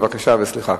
בבקשה וסליחה.